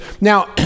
Now